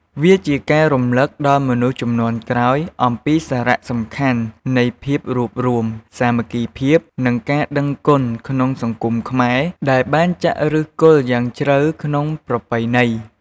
វាជាការរំលឹកដល់មនុស្សជំនាន់ក្រោយអំពីសារៈសំខាន់នៃភាពរួបរួម សាមគ្គីភាព និងការដឹងគុណក្នុងសង្គមខ្មែរ ដែលបានចាក់ឫសគល់យ៉ាងជ្រៅក្នុងប្រពៃណី។